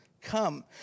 come